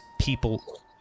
people